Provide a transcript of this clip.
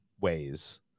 ways